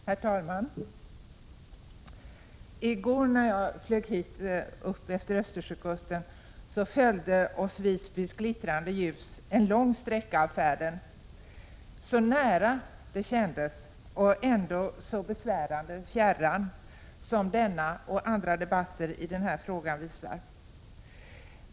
Herr talman! I går när jag flög hit upp utefter Östersjökusten följde oss Visbys glittrande ljus en lång sträcka av färden. Så nära det kändes och ändå så besvärande fjärran — som också denna och andra debatter i den här frågan visar.